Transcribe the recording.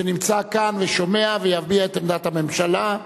שנמצא כאן ושומע ויביע את עמדת הממשלה.